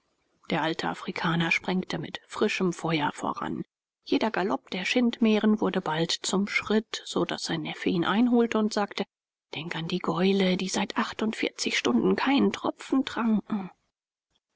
der alte afrikaner sprengte mit frischem feuer voran jeder galopp der schindmähren wurde bald zum schritt so daß sein neffe ihn einholte und sagte denke an die gäule die seit achtundzwanzig stunden keinen tropfen tranken